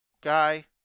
guy